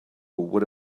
what